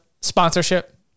sponsorship